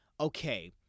okay